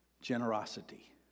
Generosity